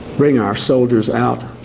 bring our soldiers out,